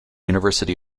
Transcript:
university